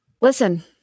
Listen